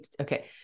Okay